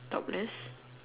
topless